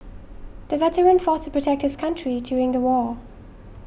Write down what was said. the veteran fought to protect his country during the war